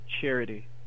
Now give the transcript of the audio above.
charity